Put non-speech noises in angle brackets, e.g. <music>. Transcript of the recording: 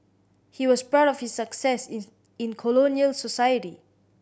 he was proud of his success <unintelligible> in colonial society